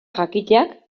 jakiteak